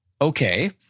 okay